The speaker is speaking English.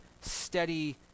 steady